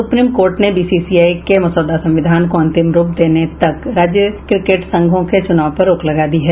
supreme court ने BCCI के मसौदा संविधान को अंतिम रूप आने तक राज्य क्रिकेट संघों के चुनाव पर रोक लगा दी है